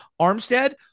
Armstead